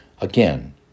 Again